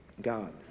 God